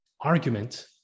argument